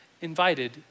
invited